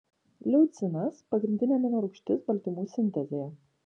leucinas pagrindinė amino rūgštis baltymų sintezėje